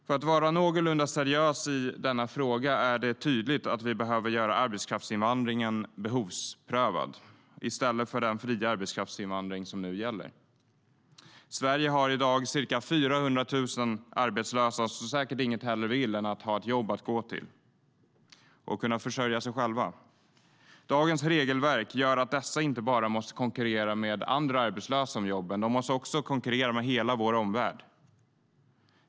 För att vara någorlunda seriös i denna fråga är det tydligt att vi behöver göra arbetskraftsinvandringen behovsprövad i stället för att ha den fria arbetskraftsinvandring som nu gäller. Sverige har i dag ca 400 000 arbetslösa som säkert inget hellre vill än att ha ett jobb att gå till och kunna försörja sig själva. Dagens regelverk gör att dessa inte bara måste konkurrera med andra arbetslösa om jobben. De måste också konkurrera med hela vår omvärld.